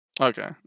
Okay